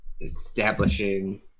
establishing